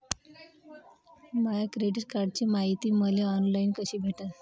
माया credit कार्डची मायती मले ऑनलाईन कसी भेटन?